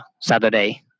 Saturday